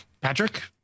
Patrick